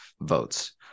votes